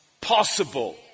possible